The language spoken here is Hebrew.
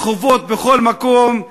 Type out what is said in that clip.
ברחובות ובכל מקום,